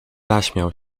zaśmiał